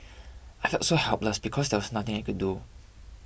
I felt so helpless because there was nothing I could do